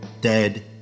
dead